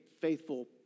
faithful